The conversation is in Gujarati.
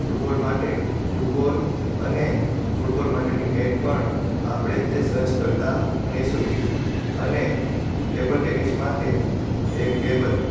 ફૂટબોલ માટે ફૂટબોલ અને ફૂટબોલ માટેની નેટ પણ આપણે તે સર્ચ કરતાં હોઈશું અને ટેબલ ટેનિસ માટે એક ટેબલ